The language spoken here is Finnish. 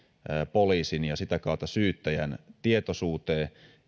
poliisin ja sitä kautta syyttäjän tietoisuuteen